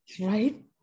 right